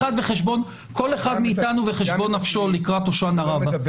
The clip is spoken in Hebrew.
כל אחד מאיתנו וחשבון נפשו לקראת הושענא רבה.